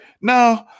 no